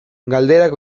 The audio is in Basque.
galderak